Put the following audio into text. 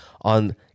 on